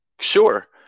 sure